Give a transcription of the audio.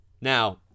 Now